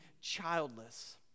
childless